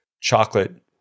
chocolate